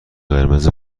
قرمز